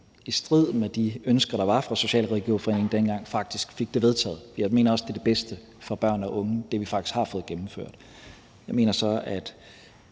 i strid med de ønsker, der var fra Socialrådgiverforeningen dengang, faktisk fik det vedtaget. Jeg mener også, at det, vi faktisk har fået gennemført, er det